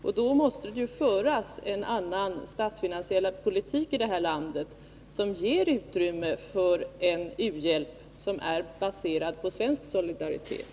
Men då måste det föras en annan statsfinansiell politik här i landet, som ger utrymme för en u-hjälp som är baserad på svensk solidaritet.